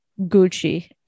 Gucci